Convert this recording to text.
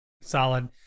Solid